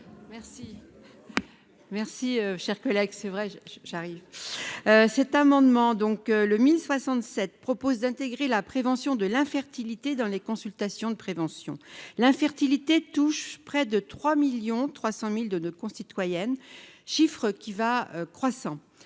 Merci, cher collègue, c'est vrai, j'arrive, cet amendement, donc le 1067 propose d'intégrer la prévention de l'infertilité dans les consultations de prévention, l'infertilité touche près de 3 1000000 300000 de nos concitoyennes, chiffre qui va croissant,